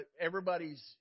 everybody's